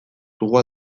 dugu